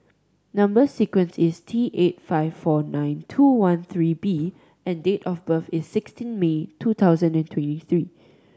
number sequence is T eight five four nine two one three B and date of birth is sixteen May two thousand and twenty three